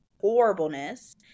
horribleness